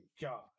God